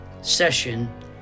session